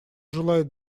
желает